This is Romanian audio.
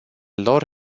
lor